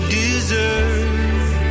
deserve